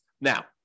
Now